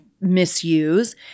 misuse